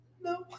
No